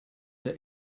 der